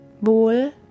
wohl